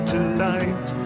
Tonight